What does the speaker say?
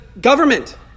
government